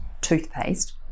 toothpaste